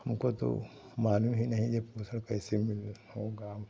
हमको तो मालूम ही नहीं यह पोषण कैसे मिल होगा